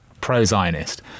pro-Zionist